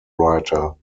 writer